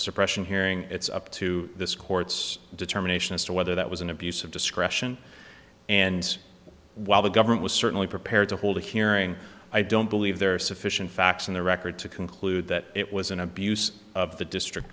suppression hearing it's up to this court's determination as to whether that was an abuse of discretion and while the government was certainly prepared to hold a hearing i don't believe there are sufficient facts in the record to conclude that it was an abuse of the district